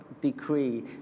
decree